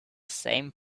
same